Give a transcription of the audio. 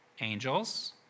Angels